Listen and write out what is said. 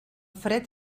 fred